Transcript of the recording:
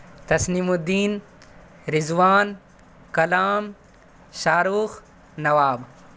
Tasnim Uddin Rizwan Kalam Shah Rukh Nawab